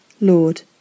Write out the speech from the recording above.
Lord